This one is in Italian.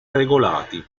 regolati